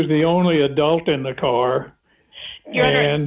was the only adult in the car and